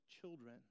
children